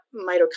mitochondria